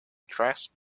tracks